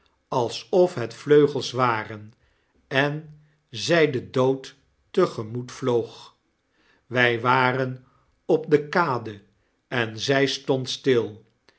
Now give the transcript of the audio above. alsof het vleugels waren en zy den dood te gemoet vloog wy waren op de kade en zy stond stil